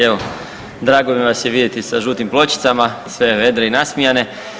Evo drago mi vas je vidjeti sa žutim pločicama, sve vedre i nasmijane.